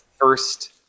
first